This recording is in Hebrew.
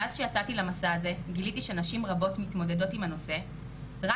מאז שיצאתי למסע הזה גיליתי שנשים רבות מתמודדות עם הנושא רק